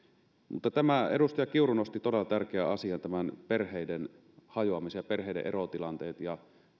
edustaja kiuru nosti todella tärkeän asian tämän perheiden hajoamisen ja perheiden erotilanteet ja